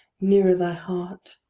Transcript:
nearer thy heart,